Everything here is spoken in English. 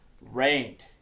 rained